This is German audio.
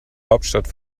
hauptstadt